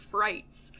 Frights